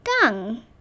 Dung